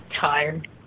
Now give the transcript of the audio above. tired